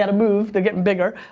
and move, they're gettin' bigger.